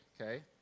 okay